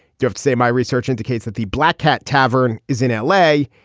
you have to say my research indicates that the black cat tavern is in l a.